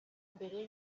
mbere